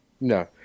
no